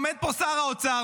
עומד פה שר האוצר,